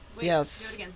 Yes